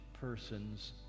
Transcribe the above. person's